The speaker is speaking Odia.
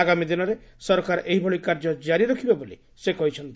ଆଗାମୀ ଦିନରେ ସରକାର ଏହିଭଳି କାର୍ଯ୍ୟ ଜାରି ରଖିବେ ବୋଲି ସେ କହିଛନ୍ତି